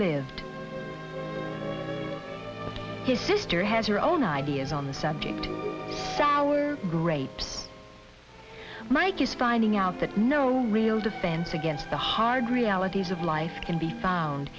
lived his sister had her own ideas on the subject our great mike is finding out that no real defense against the hard realities of life can be found